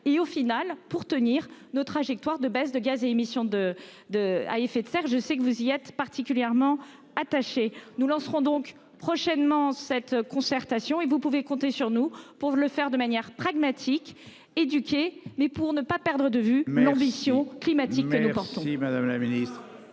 et au final pour tenir nos trajectoire de baisse de gaz et émission de de à effet de serre. Je sais que vous y êtes particulièrement attaché, nous lancerons donc prochainement cette concertation et vous pouvez compter sur nous pour le faire de manière pragmatique éduquer mais pour ne pas perdre de vue l'ambition climatique que nous quoi. Si Madame la Ministre